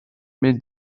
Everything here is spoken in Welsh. mynd